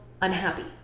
unhappy